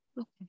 Okay